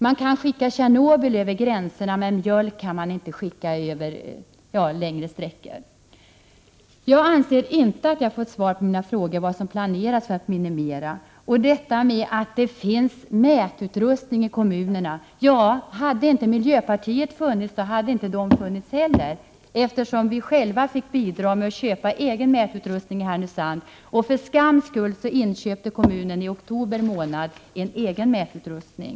Man kan så att säga skicka Tjernobyl över gränserna, men mjölk kan man inte skicka längre sträckor! Jag anser inte att jag har fått svar på mina frågor om vad som planeras för att minimera intaget. Det finns mätutrustningar ute i kommunerna, säger jordbruksministern. Ja, hade inte miljöpartiet funnits så hade inte de utrustningarna funnits heller, eftersom vi själva fick bidra med att köpa mätutrustning i Härnösand. För skams skull inköpte kommunen i oktober månad en egen mätutrustning.